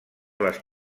les